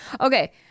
Okay